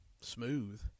smooth